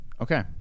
okay